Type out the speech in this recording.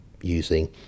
using